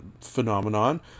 phenomenon